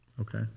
Okay